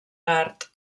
gard